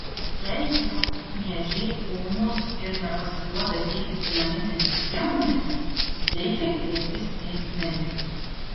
jei jau miežiai ūmūs ir nepasiduoda gydyti naminėmis priemonėmis reikia kreiptis į medikus